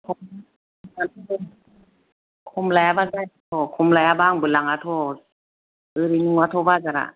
खम लायाबा जायाथ' खम लायाबा आंबो लाङाथ' ओरैनो नङाथ' बाजारा